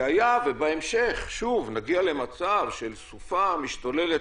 והיה ובהמשך שוב נגיע למצב של סופה משתוללת